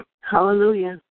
Hallelujah